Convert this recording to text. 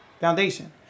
Foundation